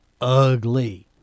ugly